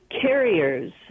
carriers